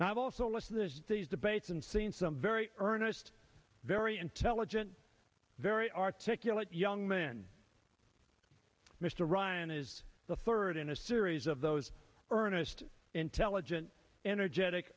i've also lost this these debates and seen some very earnest very intelligent very articulate young man mr ryan is the third in a series of those earnest intelligent energetic